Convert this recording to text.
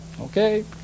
Okay